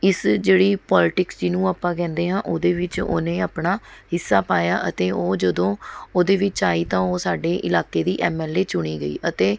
ਇਸ ਜਿਹੜੀ ਪੋਲੀਟਿਕਸ ਜਿਹਨੂੰ ਆਪਾਂ ਕਹਿੰਦੇ ਹਾਂ ਉਹਦੇ ਵਿੱਚ ਉਹਨੇ ਆਪਣਾ ਹਿੱਸਾ ਪਾਇਆ ਅਤੇ ਉਹ ਜਦੋਂ ਉਹਦੇ ਵਿੱਚ ਆਈ ਤਾਂ ਉਹ ਸਾਡੇ ਇਲਾਕੇ ਦੀ ਐੱਮ ਐੱਲ ਏ ਚੁਣੀ ਗਈ ਅਤੇ